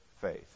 faith